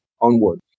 onward